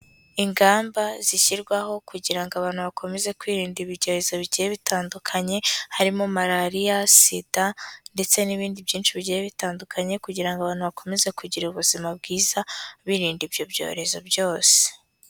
Ingamba zishyirwaho kugira ngo abantu bakomeze kwirinda ibigeragezo bigiye bitandukanye, harimo Malariya, SIDA ndetse n'ibindi byinshi bigiye bitandukanye kugira ngo abantu bakomeze kugira ubuzima bwiza, birinda ibyo byorezo byose.